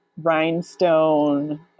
rhinestone